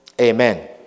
Amen